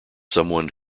someone